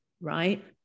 right